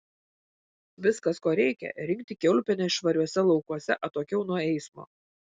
viskas ko reikia rinkti kiaulpienes švariuose laukuose atokiau nuo eismo